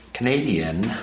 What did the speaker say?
Canadian